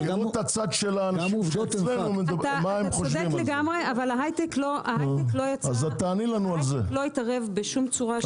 אתה צודק לגמרי אבל ההיי-טק לא התערב בשום צורה.